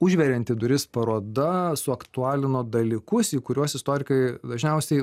užverianti duris paroda suaktualino dalykus į kuriuos istorikai dažniausiai